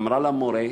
אמרה למורה: